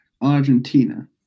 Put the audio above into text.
Argentina